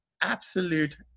absolute